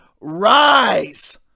Rise